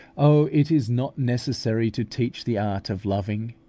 oh! it is not necessary to teach the art of loving.